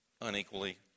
unequally